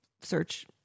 search